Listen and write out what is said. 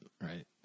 right